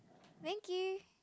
thank you